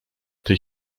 tej